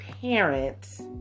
parents